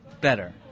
better